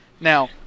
Now